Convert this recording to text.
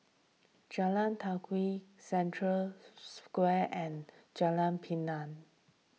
Jalan Telawi Century Square and Jalan Pemimpin